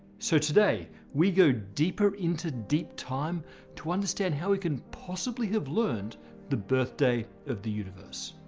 so today we go deeper into deep time to understand how we can possibly have learned the birthday of the universe.